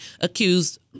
accused